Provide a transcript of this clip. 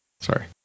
sorry